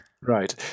Right